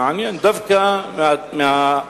מעניין, דווקא מהחלק,